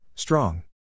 Strong